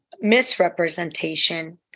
misrepresentation